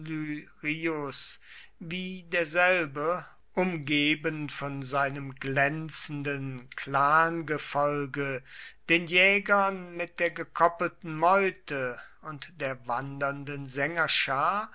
derselbe umgeben von seinem glänzenden clangefolge den jägern mit der gekoppelten meute und der wandernden